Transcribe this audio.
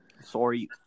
Sorry